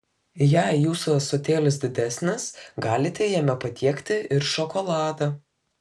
jei jūsų ąsotėlis didesnis galite jame patiekti ir šokoladą